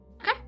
Okay